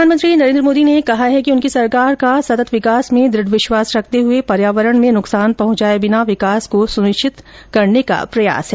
प्रधानमंत्री नरेन्द्र मोदी ने कहा है कि उनकी सरकार सतत विकास में दृढ विश्वास रखते हुए पर्यावरण में नुकसान पहुंचाए बिना विकास को सुनिश्चित कर रही है